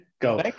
go